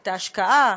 ואת ההשקעה,